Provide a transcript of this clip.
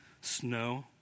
snow